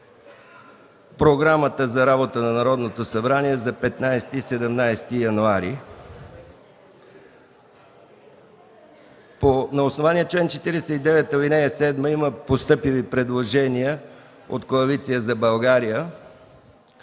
Програмата за работа на Народното събрание за 15-17 януари 2014 г. На основание чл. 49, ал. 7 има постъпили предложения. От Коалиция за България: